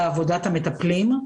בעבודת המטפלים,